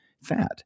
fat